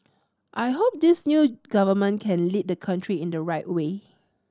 I hope this new government can lead the country in the right way